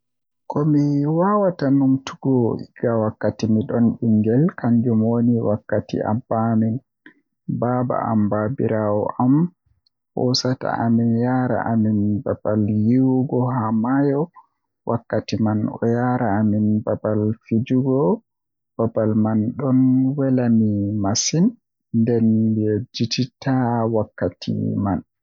Komi wawata numtugo egaa wakkati midon bingel kanjum woni wakkati abba amin baaba am babirawo am hosata amin yaara amin babal yiwugo maayo wakkti man o yaara amin babal fijugo, babal man don wela mi masin nden mi yejjitittaa wakkati man.